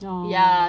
ah